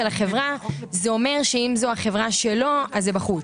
החברה זה אומר שאם זו החברה שלו אז זה בחוץ,